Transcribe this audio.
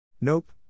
Nope